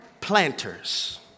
planters